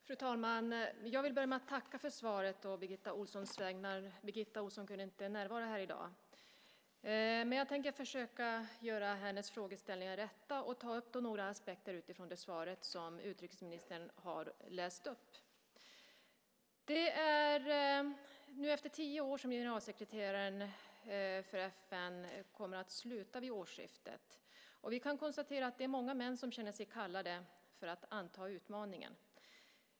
Fru talman! Jag vill börja med att tacka för svaret å Birgitta Ohlssons vägnar. Birgitta Ohlsson kunde inte närvara här i dag. Men jag tänker försöka göra hennes frågeställningar rätta och ta upp några aspekter utifrån det svar som utrikesministern har läst upp. Det är efter tio år som generalsekreteraren för FN kommer att sluta vid årsskiftet. Vi kan konstatera att det är många män som känner sig kallade att anta utmaningen.